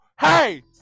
Hey